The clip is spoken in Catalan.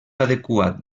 adequat